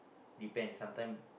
depends sometime